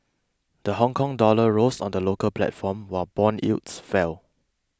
the Hongkong dollar rose on the local platform while bond yields fell